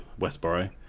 Westboro